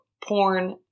porn